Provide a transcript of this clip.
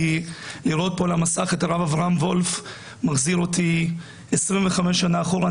כי לראות פה על המסך את הרב אברהם וולף זה מחזיר אותי 25 שנה אחרונה.